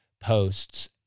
posts